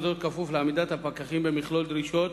וזאת בכפוף לעמידת הפקחים במכלול דרישות